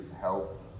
help